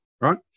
right